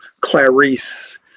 Clarice